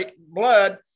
blood